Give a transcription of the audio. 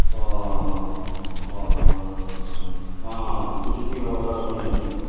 اور اور ہاں کشتی وغیرہ بھی ہے